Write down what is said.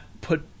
put